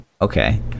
Okay